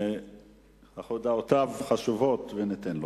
שהודעותיו חשובות וניתן לו.